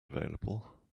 available